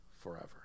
forever